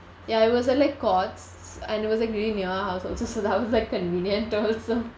ya it was at like courts and it was like really near our house also so that was like convenient also